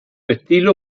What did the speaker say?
estilo